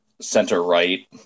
center-right